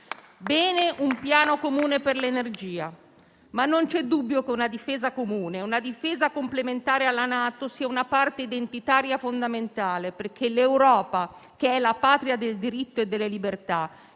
bene un piano comune per l'energia; ma non c'è dubbio che una difesa comune e una difesa complementare alla NATO siano una parte identitaria fondamentale, perché l'Europa, che è la patria del diritto e delle libertà,